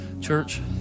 Church